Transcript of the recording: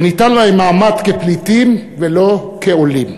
וניתן להם מעמד כפליטים ולא כעולים.